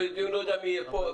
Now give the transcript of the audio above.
לא יהיה דיון לא יודע מי יהיה פה,